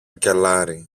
κελάρι